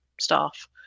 staff